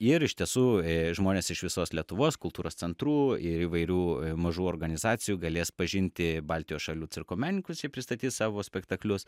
ir iš tiesų žmonės iš visos lietuvos kultūros centrų ir įvairių mažų organizacijų galės pažinti baltijos šalių cirko menininkus jie pristatys savo spektaklius